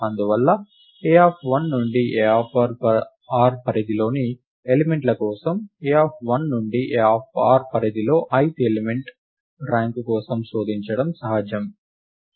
అందువల్ల a1 నుండి ar పరిధిలోని ఎలిమెంట్ల కోసం a1 నుండి ar పరిధిలోని ith ర్యాంక్ ఎలిమెంట్ కోసం శోధించడం సహజం